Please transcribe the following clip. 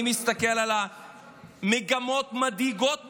אני מסתכל על מגמות מדאיגות מאוד,